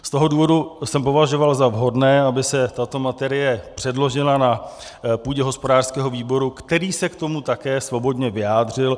Z toho důvodu jsem považoval za vhodné, aby se tato materie předložila na půdě hospodářského výboru, který se k tomu také svobodně vyjádřil.